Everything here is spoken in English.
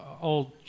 old